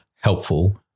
helpful